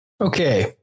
okay